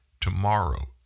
tomorrow